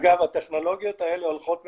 אגב, הטכנולוגיות האלה הולכות ומשתכללות.